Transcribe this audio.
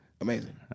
amazing